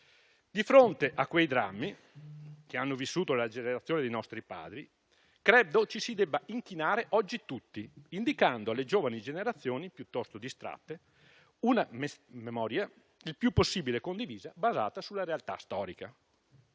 Di fronte a quei drammi, vissuti dalla generazione dei nostri padri, credo ci si debba inchinare tutti oggi, indicando alle giovani generazioni, piuttosto distratte, una memoria il più possibile condivisa, basata sulla realtà storica.